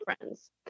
friends